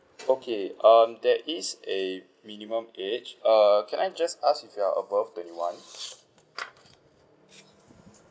okay um there is a minimum age err can I just ask if you're above twenty one